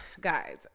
Guys